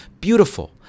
Beautiful